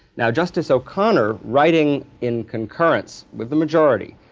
now, justice o'connor, writing in concurrence with the majority,